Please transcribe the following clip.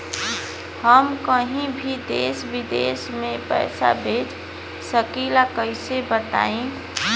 हम कहीं भी देश विदेश में पैसा भेज सकीला कईसे बताई?